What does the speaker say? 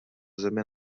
zemi